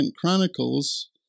Chronicles